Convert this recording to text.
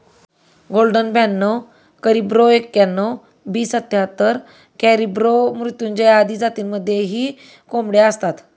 golden ब्याणव करिब्रो एक्याण्णण, B सत्याहत्तर, कॅरिब्रो मृत्युंजय आदी जातींमध्येही कोंबड्या असतात